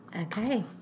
Okay